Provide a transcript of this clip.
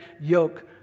yoke